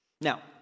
Now